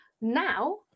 Now